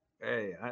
Hey